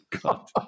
God